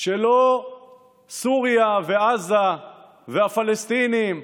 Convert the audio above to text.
שלא סוריה ועזה והפלסטינים,